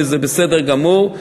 וזה בסדר גמור,